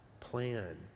plan